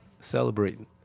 celebrating